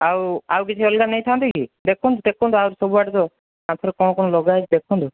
ଆଉ ଆଉ କିଛି ଅଲଗା ନେଇଥାନ୍ତେ କି ଦେଖନ୍ତୁ ଦେଖନ୍ତୁ ଆଉ ସବୁଆଡ଼େ ତ ଆଉ କ'ଣ କ'ଣ ଲଗାହେଇଛି ଦେଖନ୍ତୁ